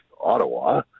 Ottawa